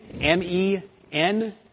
M-E-N